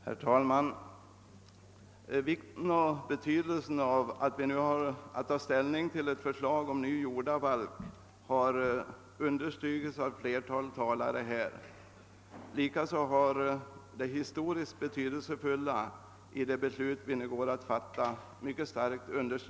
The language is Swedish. Herr talman! Vikten av att vi nu får ta ställning till ett förslag till ny jordabalk har understrukits av ett flertal talare. Likaså har det historiskt betydel sefulla i det beslut vi nu går att fatta mycket kraftigt betonats.